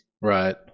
right